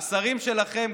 השרים שלכם,